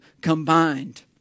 combined